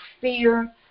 fear